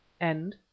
End